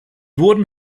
wurden